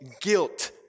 guilt